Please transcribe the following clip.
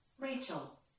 Rachel